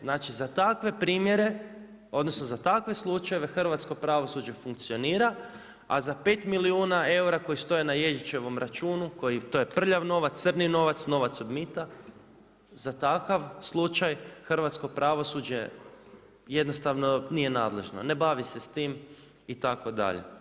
Znači za takve primjere odnosno za takve slučajeve hrvatsko pravosuđe funkcionira, a za 5 milijuna eura koji stoje na Ježićevom računu, to je prljav novac, crni novac, novac od mita, za takav slučaj hrvatsko pravosuđe jednostavno nije nadležno, ne bavi se s tim itd.